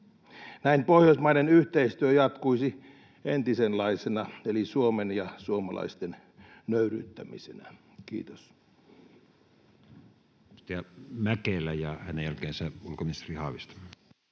Näin pohjoismainen yhteistyö jatkuisi entisenlaisena, eli Suomen ja suomalaisten nöyryyttämisenä. — Kiitos.